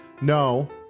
no